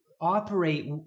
operate